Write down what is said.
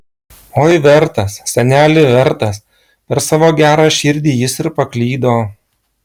oi vertas seneli vertas per savo gerą širdį jis ir paklydo